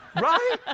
Right